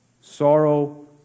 Sorrow